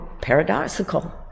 paradoxical